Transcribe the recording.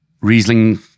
Riesling